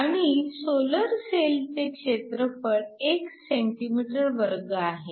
आणि सोलर सेलचे क्षेत्रफळ 1 cm2 आहे